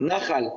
נחל,